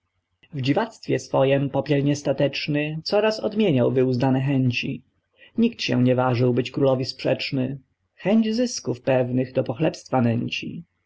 w dziwactwie swojem popiel niestateczny coraz odmieniał wyuzdane chęci nikt się nie ważył być królowi sprzeczny chęć zysków pewnych do podchlebstwa nęci